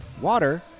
water